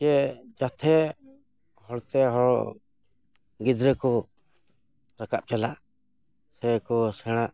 ᱡᱮ ᱡᱟᱛᱷᱮ ᱦᱚᱲ ᱛᱮᱦᱚᱸ ᱜᱤᱫᱽᱨᱟᱹ ᱠᱚ ᱨᱟᱠᱟᱵ ᱪᱟᱞᱟᱜ ᱥᱮᱠᱚ ᱥᱮᱬᱟᱭ